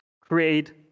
create